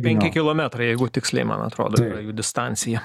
penki kilometrai jeigu tiksliai man atrodo jų distancija